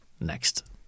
next